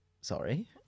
sorry